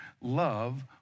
love